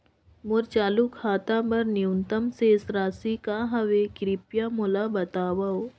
मोर चालू खाता बर न्यूनतम शेष राशि का हवे, कृपया मोला बतावव